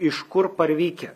iš kur parvykę